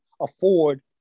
afford